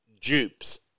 Dupes